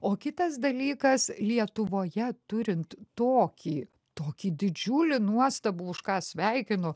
o kitas dalykas lietuvoje turint tokį tokį didžiulį nuostabų už ką sveikinu